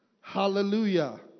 Hallelujah